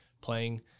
playing